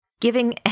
Giving